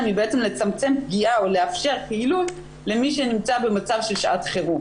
היא בעצם לצמצם פגיעה או לאפשר פעילות למי שנמצא במצב של שעת חירום.